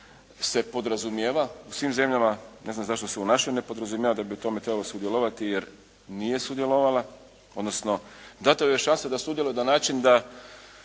se podrazumijeva u svim zemljama. Ne znam zašto se u našoj ne podrazumijeva da bi u tome trebalo sudjelovati jer nije sudjelovala odnosno dana joj je šansa da sudjeluje na način da